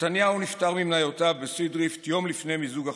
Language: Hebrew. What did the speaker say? נתניהו נפטר ממניותיו בסידריפט יום לפני מיזוג החברות,